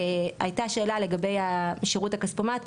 עלתה שאלה לגבי שירות הכספומט,